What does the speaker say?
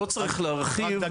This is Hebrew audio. לא צריך להרחיב.